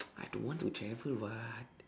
I don't want to travel [what]